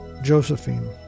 Josephine